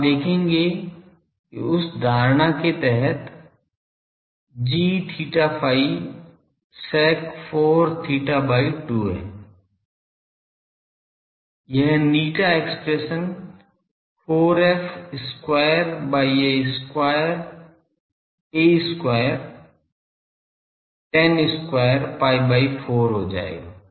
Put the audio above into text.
तो आप देखेंगे कि उस धारणा के तहत g theta phi sec 4 theta by 2 है यह η expression 4f square by a square tan square pi by 4 हो जायेगा